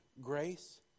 grace